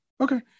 Okay